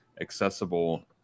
accessible